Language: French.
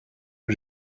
que